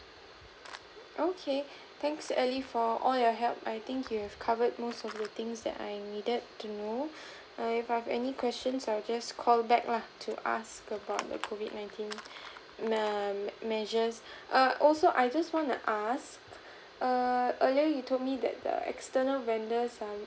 okay thanks ally for all your help I think you have covered most of the things that I needed to know err if I have any questions I just call back lah to ask about the COVID nineteen mea~ measures uh also I just wanna ask err earlier you told me that the external vendors are